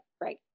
Right